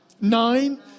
Nine